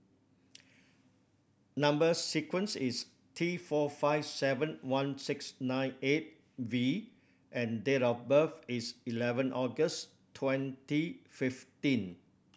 number sequence is T four five seven one six nine eight V and date of birth is eleven August twenty fifteen